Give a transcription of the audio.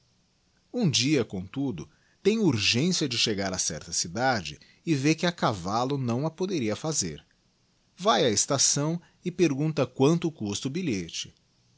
ura dia comtudo tem urgência de chegar a certa cidade e v que a cavallo não a poderia fazer vae á estação e pergunta quanto custa o bilhete